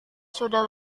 sudah